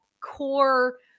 core